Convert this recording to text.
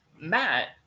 Matt